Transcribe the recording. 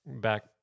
back